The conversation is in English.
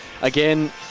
again